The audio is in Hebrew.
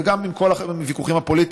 וגם עם כל הוויכוחים הפוליטיים,